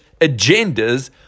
agendas